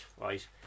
right